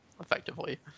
effectively